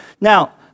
Now